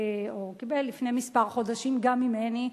או קיבל לפני חודשים מספר, גם ממני,